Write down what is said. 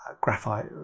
graphite